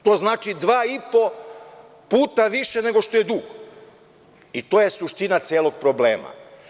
To znači dva i po puta više nego što je dug, i to je suština celog problema.